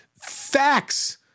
facts